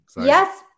Yes